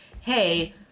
hey